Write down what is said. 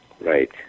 Right